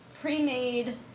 pre-made